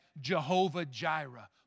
Jehovah-Jireh